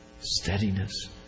steadiness